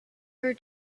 her